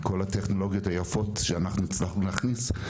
מכל הטכנולוגיות היפות שאנחנו הצלחנו להכניס,